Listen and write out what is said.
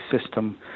system